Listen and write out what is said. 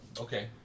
Okay